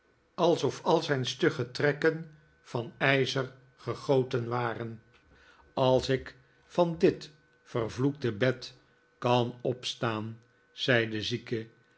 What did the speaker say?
alsof al zijn stugge trekken van ijzer gegoten waren als ik van dit yervloekte bed kan opstaan zei de zieke